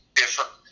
different